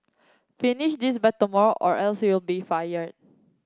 finish this by tomorrow or else you'll be fired